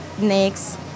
Next